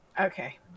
Okay